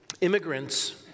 immigrants